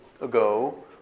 ago